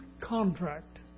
Contract